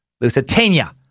Lusitania